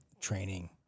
training